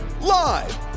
Live